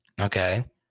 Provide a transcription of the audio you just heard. Okay